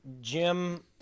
Jim